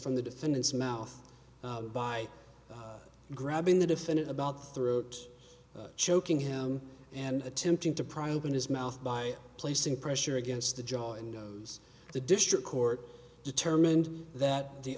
from the defendant's mouth by grabbing the defendant about throat choking him and attempting to pry open his mouth by placing pressure against the jaw and the district court determined that the